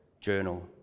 journal